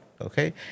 Okay